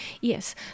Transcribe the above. Yes